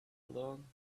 along